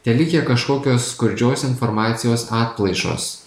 telikę kažkokios skurdžios informacijos atplaišos